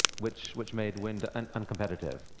which which made wind and uncompetitive.